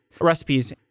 recipes